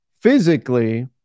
physically